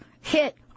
hit